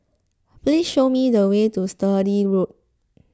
please show me the way to Sturdee Road